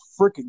freaking